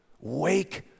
Wake